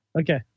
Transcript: Okay